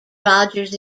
rogers